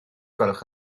gwelwch